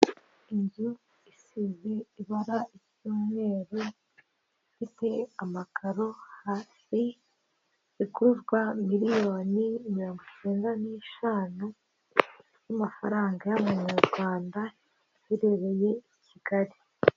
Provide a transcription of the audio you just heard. Inzu isize ibara ryu'umweru, ifite amakaro hasi, igurwa miriyoni mirongo icyenda n'eshanu, y'amafaranga y'abamanyarwanda, iherereye i Kigali.